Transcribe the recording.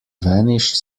vanished